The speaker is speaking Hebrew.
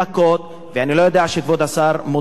אני לא יודע אם כבוד השר מודע למה שקרה שם.